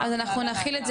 את הכול.